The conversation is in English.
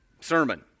sermon